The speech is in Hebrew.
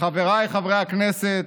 חבריי חברי הכנסת.